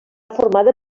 formada